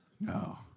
No